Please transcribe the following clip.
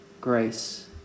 grace